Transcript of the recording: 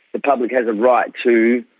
the public has a right to